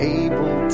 able